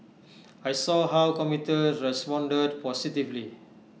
I saw how commuters responded positively